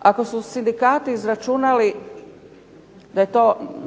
Ako su sindikati izračunali da je to